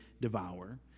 devour